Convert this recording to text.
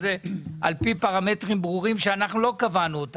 זה על פי פרמטרים ברורים שאנחנו לא קבענו,